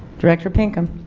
director pinkham